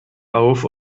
auf